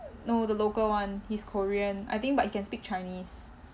no the local one he's korean I think but he can speak chinese